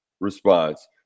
response